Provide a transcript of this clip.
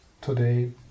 today